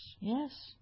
Yes